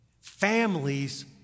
families